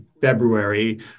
February